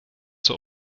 zur